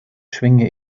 schwinge